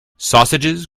sausages